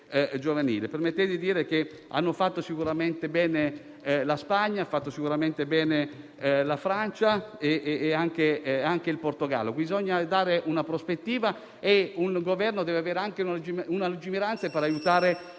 Permettetemi di dire che hanno fatto sicuramente bene la Spagna, la Francia e anche il Portogallo: bisogna dare una prospettiva e un Governo deve avere anche lungimiranza nell'aiutare